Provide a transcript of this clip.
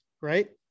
right